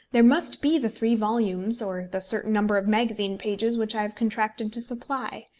there must be the three volumes, or the certain number of magazine pages which i have contracted to supply.